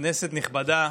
כנסת נכבדה,